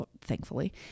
thankfully